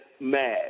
mad